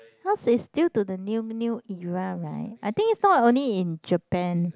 cause is still to the new new era right I think it's not only in Japan